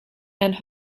and